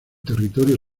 territorio